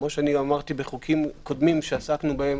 כמו שאמרתי בחוקים קודמים שעסקנו בהם,